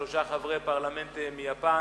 שלושה חברי פרלמנט מיפן.